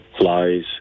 flies